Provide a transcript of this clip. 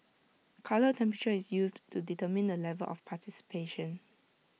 colour temperature is used to determine the level of participation